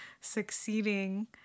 succeeding